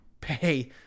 pay